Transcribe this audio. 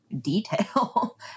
detail